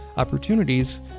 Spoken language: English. Opportunities